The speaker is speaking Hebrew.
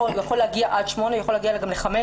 זה יכול להגיע עד 8, ויכול להגיע גם ל-15,